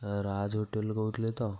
ରାଜ୍ ହୋଟେଲ୍ରୁ କହୁଥିଲେ ତ